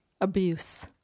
abuse